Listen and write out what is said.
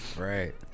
right